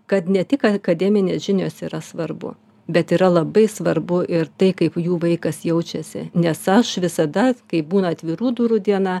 kad ne tik akademinės žinios yra svarbu bet yra labai svarbu ir tai kaip jų vaikas jaučiasi nes aš visada kai būna atvirų durų diena